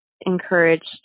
encouraged